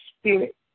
spirit